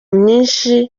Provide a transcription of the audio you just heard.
myinshi